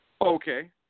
Okay